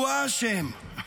הוא האשם.